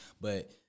But-